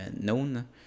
known